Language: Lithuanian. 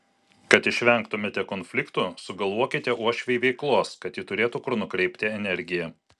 kad išvengtumėte konfliktų sugalvokite uošvei veiklos kad ji turėtų kur nukreipti energiją